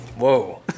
Whoa